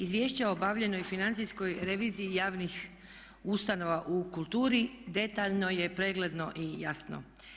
Izvješće o obavljenoj financijskoj reviziji javnih ustanova u kulturi detaljno je, pregledno i jasno.